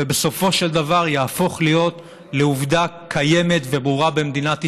ובסופו של דבר יהפוך להיות עובדה קיימת וברורה במדינת ישראל,